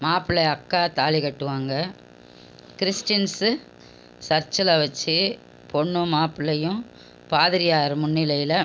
மாப்பிள்ளை அக்கா தாலி கட்டுவாங்க கிறிஸ்டின்ஸு சர்ச்சில் வச்சு பொண்ணும் மாப்பிள்ளையும் பாதிரியார் முன்நிலையில்